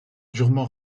durement